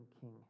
king